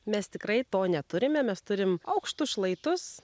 mes tikrai to neturime mes turim aukštus šlaitus